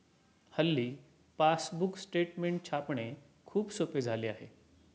हल्ली passbook statement छापणे खूप सोपे झाले आहे